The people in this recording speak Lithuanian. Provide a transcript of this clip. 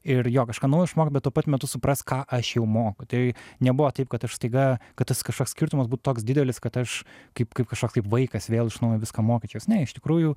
ir jo kažką naujo išmokt bet tuo pat metu suprast ką aš jau moku tai nebuvo taip kad aš staiga kad tas kažkoks skirtumas būtų toks didelis kad aš kaip kaip kažkoks kaip vaikas vėl iš naujo viską mokyčiaus ne iš tikrųjų